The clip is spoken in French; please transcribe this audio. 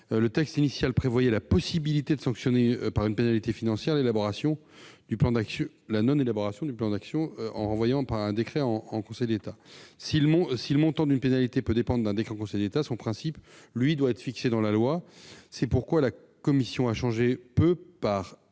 Le texte initial prévoyait la « possibilité » de sanctionner par une pénalité financière la non-élaboration du plan d'action, en renvoyant à un décret en Conseil d'État. Si le montant d'une pénalité peut dépendre d'un décret en Conseil d'État, son principe doit, lui, être fixé dans la loi. C'est pourquoi la commission a remplacé